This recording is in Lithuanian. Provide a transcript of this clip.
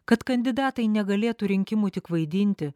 kad kandidatai negalėtų rinkimų tik vaidinti